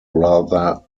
rather